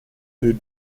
food